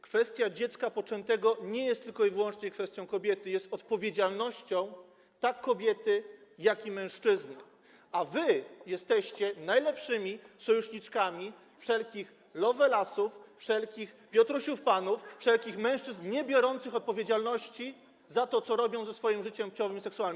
Kwestia dziecka poczętego nie jest tylko i wyłącznie kwestią kobiety, jest odpowiedzialnością tak kobiety, jak i mężczyzny, a wy jesteście najlepszymi sojuszniczkami wszelkich lowelasów, wszelkich Piotrusiów Panów, wszelkich mężczyzn niebiorących odpowiedzialności za to, co robią ze swoim życiem płciowym, seksualnym.